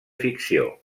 ficció